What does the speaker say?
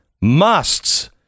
musts